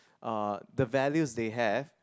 uh the values they have